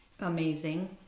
amazing